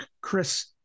Chris